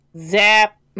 Zap